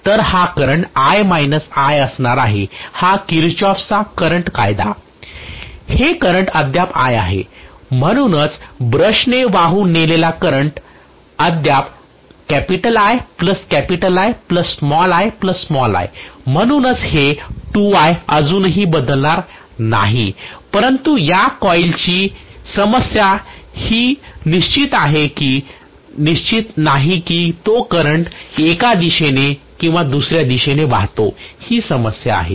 तर हा current I I असणार आहे हा किरचोफ्स चा करंट कायदा Kirchhoff's current law हे करंट अद्याप I आहे म्हणूनच ब्रशने वाहून नेलेले एकूण करंट अद्याप II ii आहे म्हणूनच हे 2I अजूनही बदलणार नाही परंतु या कॉइल ची समस्या ही निश्चित आहे की हे निश्चित नाही कि तो करंट एका दिशेने किंवा दुसऱ्या दिशेने वाहतो ही समस्या आहे